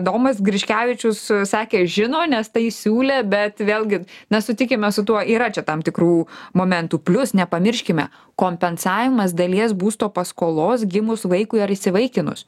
domas griškevičius sakė žino nes tai siūlė bet vėlgi na sutikime su tuo yra čia tam tikrų momentų plius nepamirškime kompensavimas dalies būsto paskolos gimus vaikui ar įsivaikinus